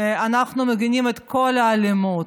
אנחנו מגנים את כל האלימות,